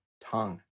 tongue